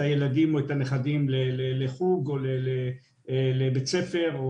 הילדים או הנכדים לחוג או לבית ספר,